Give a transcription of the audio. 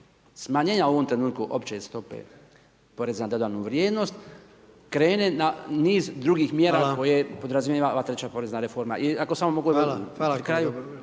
smanjenja u ovom trenutku opće stope poreza na dodanu vrijednost krene na niz drugih mjera koje podrazumijeva ova treća porezna reforma? **Jandroković, Gordan (HDZ)** Hvala.